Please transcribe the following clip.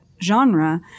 Genre